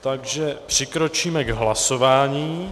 Takže přikročíme k hlasování.